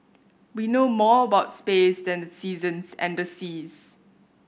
we know more about space than the seasons and the seas